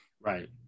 Right